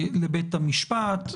לבית המשפט.